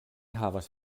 havas